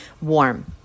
warm